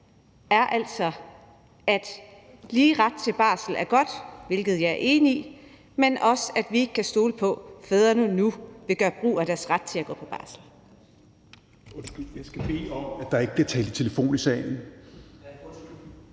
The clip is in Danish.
om, at lige ret til barsel er godt, hvilket jeg er enig i, men også om, at vi ikke kan stole på, om fædrene nu vil gøre brug af deres ret til at gå på barsel.